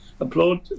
applaud